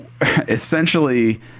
essentially